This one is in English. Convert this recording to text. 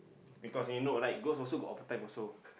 because you know like ghosts also got over time also